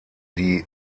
die